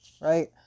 Right